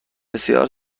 بسیار